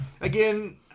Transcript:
Again